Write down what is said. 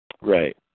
Right